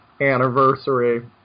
anniversary